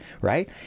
Right